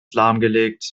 lahmgelegt